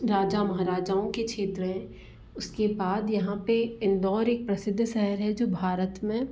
राजा महाराजाओं के क्षेत्र हैं उसके बाद यहाँ पर इंदौर एक प्रसिद्ध शहर है जो भारत में